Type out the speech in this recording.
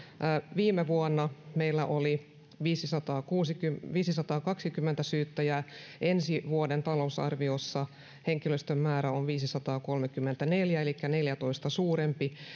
viime vuonna meillä oli viisisataakaksikymmentä syyttäjää ensi vuoden talousarviossa henkilöstön määrä on viisisataakolmekymmentäneljä elikkä neljätoista suurempi